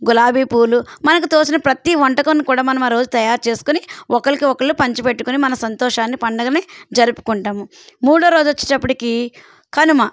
గులాబీ పూలు మనకు తోచిన ప్రతీ వంటకాన్ని కూడా మనం ఆ రోజు తయారు చేసుకొని ఒకళ్ళకి ఒకళ్ళు పంచిపెట్టుకుని మన సంతోషాన్ని పండగని జరుపుకుంటాము మూడవ రోజు వచ్చేటప్పటికీ కనుమ